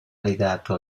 legato